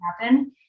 happen